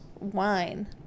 Wine